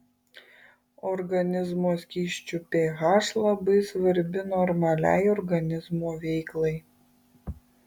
organizmo skysčių ph labai svarbi normaliai organizmo veiklai